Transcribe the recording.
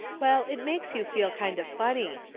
well, it makes you feel kind of funny.